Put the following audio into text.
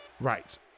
Right